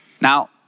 Now